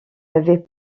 avait